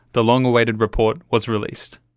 the long-awaited report was released.